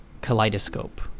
kaleidoscope